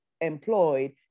employed